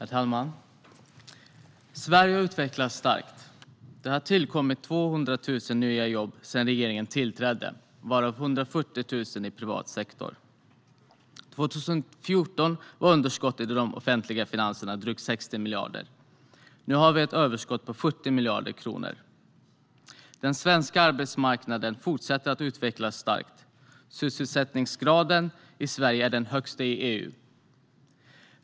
Herr talman! Sverige utvecklas starkt. Det har tillkommit 200 000 nya jobb sedan regeringen tillträdde, varav 140 000 i privat sektor. År 2014 var underskottet i de offentliga finanserna drygt 60 miljarder. Nu har vi ett överskott på 40 miljarder kronor. Den svenska arbetsmarknaden fortsätter att utvecklas starkt. Sysselsättningsgraden i Sverige är den högsta i EU.